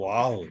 Wow